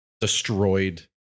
destroyed